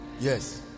Yes